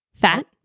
Fat